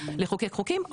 לחוקק חוקים,